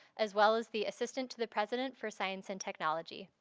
as well as the assistant to the president for science and technology.